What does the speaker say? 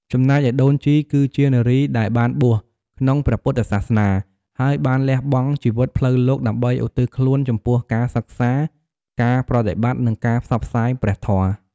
ចំណែកឯដូនជី គឺជា នារីដែលបានបួស ក្នុងព្រះពុទ្ធសាសនា ហើយបានលះបង់ជីវិតផ្លូវលោកដើម្បីឧទ្ទិសខ្លួនចំពោះការសិក្សា ការប្រតិបត្តិ និងការផ្សព្វផ្សាយព្រះធម៌។